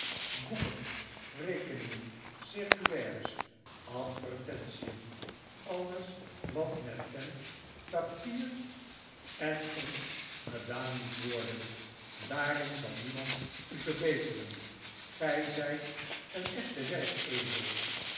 boeken rekeningen circulaires advertentien alles wat met pen papier en sm maarten chuzzlewit inkt gedaan moet worden daarin zal niemand u verbeteren gij zijt een